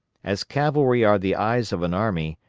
as cavalry are the eyes of an army,